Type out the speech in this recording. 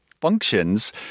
functions